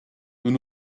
nous